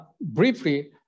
Briefly